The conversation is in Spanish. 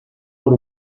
por